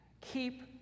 Keep